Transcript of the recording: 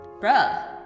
Bruh